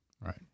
Right